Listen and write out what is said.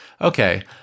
Okay